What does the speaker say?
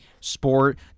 sport